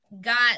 got